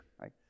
right